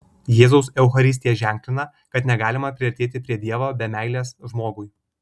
jėzaus eucharistija ženklina kad negalima priartėti prie dievo be meilės žmogui